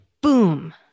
boom